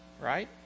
right